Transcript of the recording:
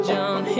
John